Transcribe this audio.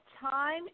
Time